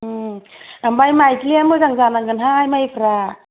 उम आमफ्राय माइदिआ मोजां जानांगोनहाय माइफ्रा